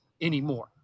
anymore